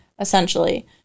essentially